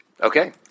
Okay